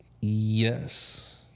yes